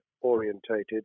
orientated